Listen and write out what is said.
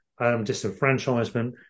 disenfranchisement